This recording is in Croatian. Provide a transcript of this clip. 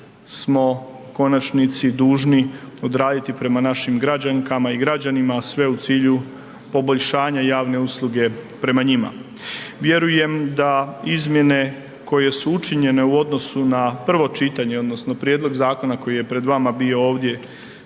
smo u konačnici dužni odraditi prema našim građankama i građanima, a sve u cilju poboljšanja javne usluge prema njima. Vjerujem da izmjene koje su učinjene u odnosu na prvo čitanje odnosno prijedlog zakona koji je pred vama bio ovdje